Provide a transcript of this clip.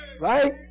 Right